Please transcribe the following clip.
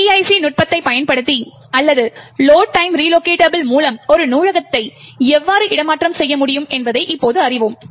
PIC நுட்பத்தைப் பயன்படுத்தி அல்லது லோட் டைம் ரிலோகெட்டபுள் மூலம் ஒரு நூலகத்தை எவ்வாறு இடமாற்றம் செய்ய முடியும் என்பதை இப்போது நாம் அறிவோம்